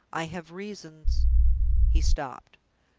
i have reasons he stopped.